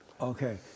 Okay